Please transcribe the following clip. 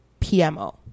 PMO